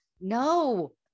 No